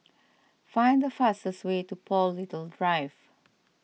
find the fastest way to Paul Little Drive